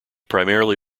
primarily